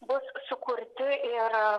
bus sukurti ir